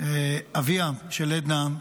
אביה של עדנה,